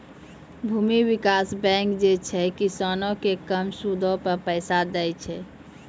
भूमि विकास बैंक जे छै, किसानो के कम सूदो पे पैसा दै छे